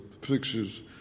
pictures